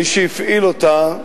מי שהפעיל אותה,